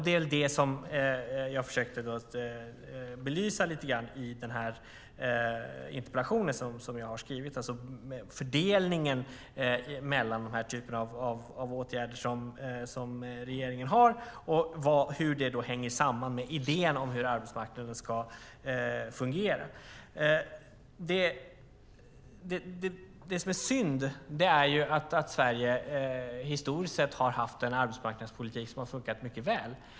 Det är det jag försökte belysa i min interpellation, alltså förhållandet mellan den typen av åtgärder som regeringen infört och idén om hur arbetsmarknaden ska fungera och hur de hänger samman. Det som är synd är att Sverige historiskt sett har haft en arbetsmarknadspolitik som har funkat mycket väl.